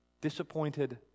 Disappointed